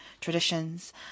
traditions